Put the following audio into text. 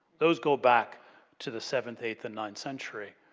those go back to the seventh, eighth, and ninth centuries.